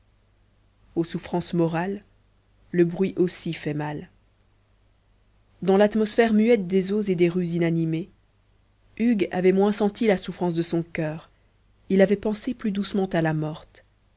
aux souffrances morales le bruit aussi fait mal dans l'atmosphère muette des eaux et des rues inanimées hugues avait moins senti la souffrance de son coeur il avait pensé plus doucement à la morte